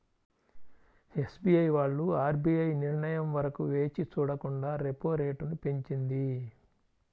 SBI వాళ్ళు RBI నిర్ణయం వరకు వేచి చూడకుండా రెపో రేటును పెంచింది